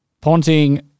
Ponting